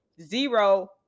zero